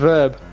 Verb